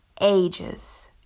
ages